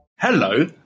Hello